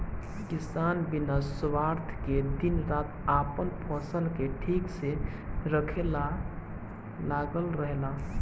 किसान बिना स्वार्थ के दिन रात आपन फसल के ठीक से रखे ला लागल रहेला